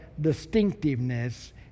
distinctiveness